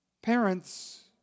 Parents